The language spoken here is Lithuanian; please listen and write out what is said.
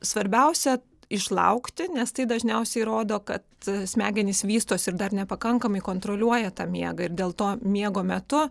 svarbiausia išlaukti nes tai dažniausiai rodo kad smegenys vystosi ir dar nepakankamai kontroliuoja tą miegą ir dėl to miego metu